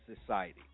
society